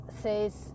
says